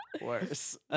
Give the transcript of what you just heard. worse